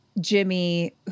Jimmy